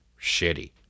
Shitty